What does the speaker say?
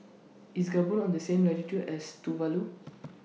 IS Gabon on The same latitude as Tuvalu